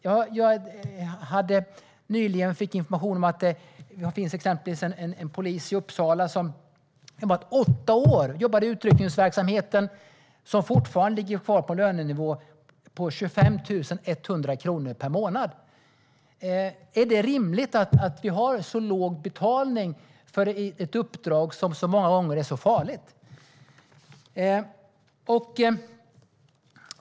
Jag fick nyligen information om en polis i utryckningsverksamheten i Uppsala som har jobbat i åtta år och som fortfarande ligger kvar på en lönenivå på 25 100 kronor per månad. Är det rimligt att vi har så låg betalning för ett många gånger farligt uppdrag?